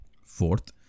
Fourth